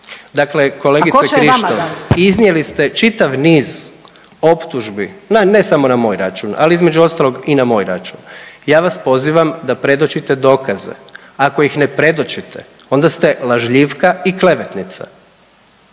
ko će je vama dat?/… …iznijeli ste čitav niz optužbi, ne samo na moj račun, ali između ostalog i na moj račun. Ja vas pozivam da predočite dokaze, ako ih ne predočite onda ste lažljivka i klevetnica,